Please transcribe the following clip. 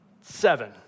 seven